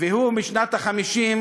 והוא משנות ה-50,